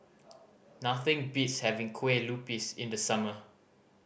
nothing beats having Kueh Lupis in the summer